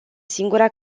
singura